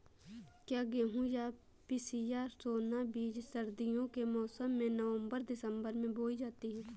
क्या गेहूँ या पिसिया सोना बीज सर्दियों के मौसम में नवम्बर दिसम्बर में बोई जाती है?